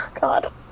God